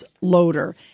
loader